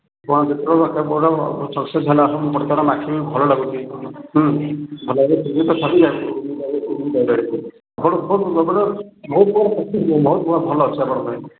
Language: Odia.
ଯେତେବେଳେ ଆପଣଙ୍କର ସକସେସ୍ ହେଲା ଆପଣ ବର୍ତ୍ତମାନ ମୋ ଆଖି ଭଲ ଲାଗୁଛି ବହୁତ ଭଲ ଅଛି ଆପଣଙ୍କ ପାଇଁ